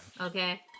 Okay